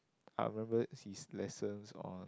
I remember his lessons on